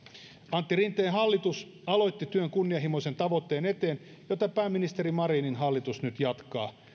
antti rinteen hallitus aloitti työn kunnianhimoisen tavoitteen eteen jota pääministeri marinin hallitus nyt jatkaa